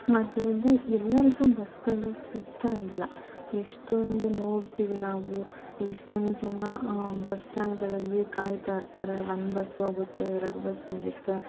ಆದ್ದರಿಂದ ಎಲ್ಲರಿಗೂ ಬಸ್ಗಳು ಸಿಗ್ತಾ ಇಲ್ಲ ಎಷ್ಟೊಂದು ನೋಡ್ತೀವಿ ನಾವು ಎಷ್ಟೊಂದು ಜನ ಬಸ್ ಸ್ಟ್ಯಾಂಡ್ಗಳಲ್ಲಿ ಕಾಯ್ತಾ ಇರ್ತಾರೆ ಒಂದು ಬಸ್ ಹೋಗುತ್ತೆ ಎರಡು ಬಸ್ ಹೋಗುತ್ತೆ